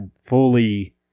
fully